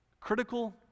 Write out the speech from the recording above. critical